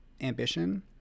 ambition